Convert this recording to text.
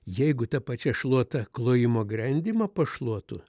jeigu ta pačia šluota klojimo grendymą pašluotų